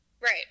Right